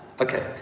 okay